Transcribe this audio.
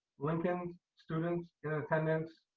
lincoln students in attendance,